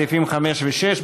סעיפים 5 ו-6,